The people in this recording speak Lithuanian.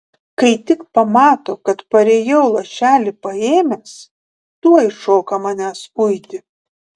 kai tik pamato kad parėjau lašelį paėmęs tuoj šoka manęs uiti